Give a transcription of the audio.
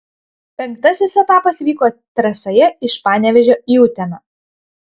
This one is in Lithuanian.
penktasis etapas vyko trasoje iš panevėžio į uteną